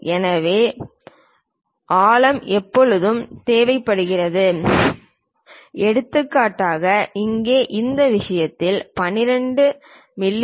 எனவே ஆழம் எப்போதும் தேவைப்படுகிறது எடுத்துக்காட்டாக இங்கே இந்த விஷயத்தில் 12 மி